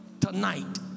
tonight